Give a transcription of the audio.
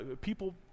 people